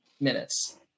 minutes